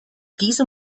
diese